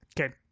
Okay